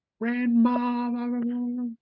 grandma